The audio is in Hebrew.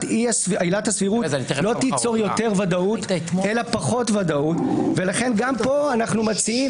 עילת סבירות לא תיצור יותר ודאות אלא פחות ודאות ולכן גם פה אנחנו מציעים,